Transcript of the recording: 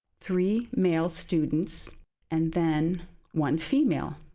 three male students and then one female,